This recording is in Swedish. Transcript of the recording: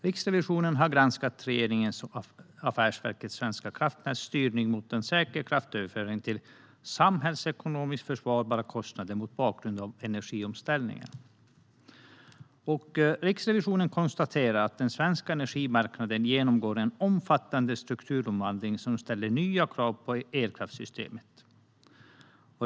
Riksrevisionen har granskat regeringens och Affärsverket svenska kraftnäts styrning mot en säker kraftöverföring till samhällsekonomiskt försvarbara kostnader mot bakgrund av energiomställningen. Riksrevisionen konstaterar att den svenska energimarknaden genomgår en omfattande strukturomvandling som ställer nya krav på elkraftssystemet.